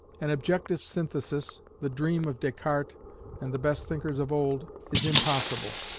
an objective synthesis, the dream of descartes and the best thinkers of old, is impossible.